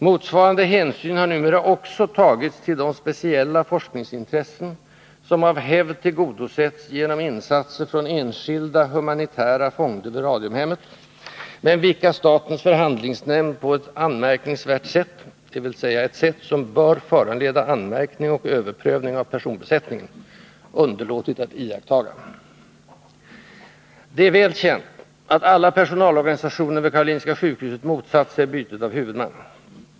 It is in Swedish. Motsvarande hänsyn har också numera tagits till de speciella forskningsintressen som av hävd tillgodosetts genom insatser från enskilda, humanitära fonder vid Radiumhemmet, men vilka statens förhandlingsnämnd på ett anmärkningsvärt sätt — dvs. ett sätt som bör föranleda anmärkning och överprövning av personbesättningen — underlåtit att iakttaga. Det är väl känt att alla personalorganisationer vid Karolinska sjukhuset motsatt sig bytet av huvudman.